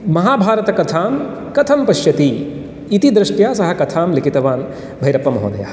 महाभारतकथां कथं पश्यति इति दृष्ट्या सः कथां लिखितवान् भैरप्पमहोदयः